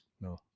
No